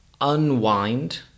unwind